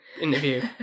interview